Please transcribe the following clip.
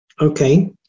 Okay